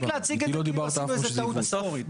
מספיק להציג את זה כאילו עשינו טעות היסטורית, די.